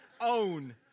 own